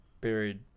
buried